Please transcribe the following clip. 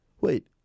Wait